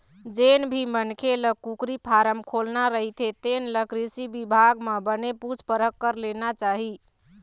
जेन भी मनखे ल कुकरी फारम खोलना रहिथे तेन ल कृषि बिभाग म बने पूछ परख कर लेना चाही